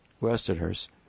Westerners